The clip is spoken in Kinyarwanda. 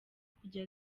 kujya